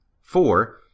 Four